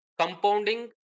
Compounding